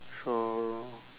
so